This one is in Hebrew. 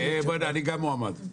אני גם מועמד.